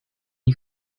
you